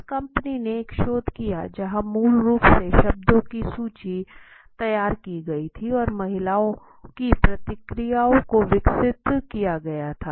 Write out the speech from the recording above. इस कंपनी ने एक शोध किया जहां मूल रूप से शब्दों की सूची तैयार की गई थी और महिलाओं की प्रतिक्रियाओं को विकसित किया गया था